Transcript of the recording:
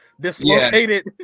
dislocated